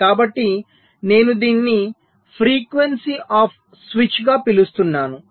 కాబట్టి నేను దీనిని ఫ్రీక్వెన్సీ ఆఫ్ స్విచ్ గా పిలుస్తున్నాను